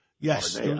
Yes